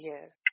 Yes